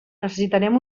necessitarem